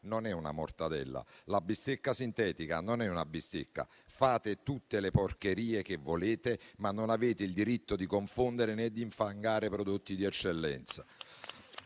non è una mortadella; la bistecca sintetica non è una bistecca. Fate tutte le porcherie che volete, ma non avete il diritto di confondere né di infangare prodotti di eccellenza.